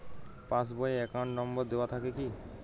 Pass বই এ account number দেওয়া থাকে কি?